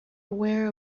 aware